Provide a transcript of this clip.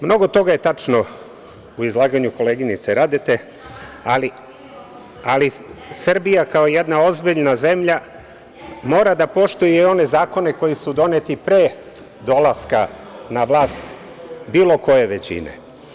Mnogo toga je tačno u izlaganju koleginice Radete, ali Srbija kao jedna ozbiljna zemlja mora da poštuje i one zakone koji su doneti pre dolaska na vlast bilo koje većine.